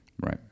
Right